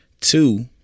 Two